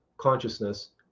consciousness